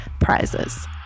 prizes